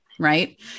Right